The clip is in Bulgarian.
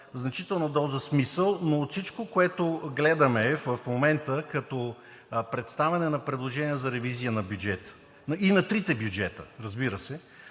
значителна доза смисъл, но от всичко, което гледаме в момента като представяне на предложения за ревизия и на трите бюджета и